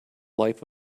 life